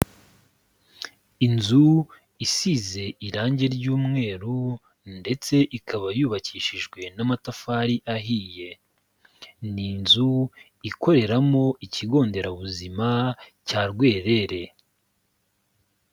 Inzu isize irangi ry'umweru ndetse ikaba yubakishijwe n'amatafari ahiye. Ni inzu ikoreramo ikigo nderabuzima cya Rwerere.